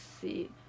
see